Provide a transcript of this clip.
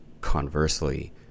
conversely